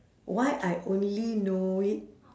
why I only know it